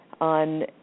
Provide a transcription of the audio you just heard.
on